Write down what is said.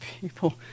people